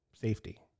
safety